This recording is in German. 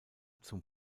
zum